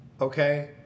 Okay